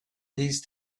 these